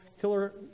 Killer